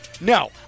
No